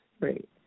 right